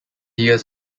years